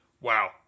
wow